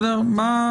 מה,